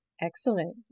Excellent